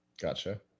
Gotcha